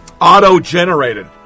auto-generated